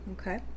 Okay